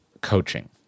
coaching